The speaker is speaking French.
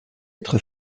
être